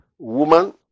Woman